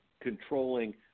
controlling